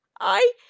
I